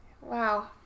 Wow